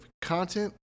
content